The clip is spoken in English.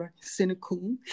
cynical